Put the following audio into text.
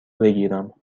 بگیرم